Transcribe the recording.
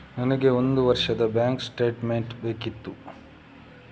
ನನಗೆ ಒಂದು ವರ್ಷದ ಬ್ಯಾಂಕ್ ಸ್ಟೇಟ್ಮೆಂಟ್ ಬೇಕಿತ್ತು